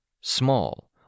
small